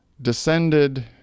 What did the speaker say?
descended